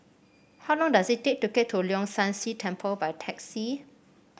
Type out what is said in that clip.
how long does it take to get to Leong San See Temple by taxi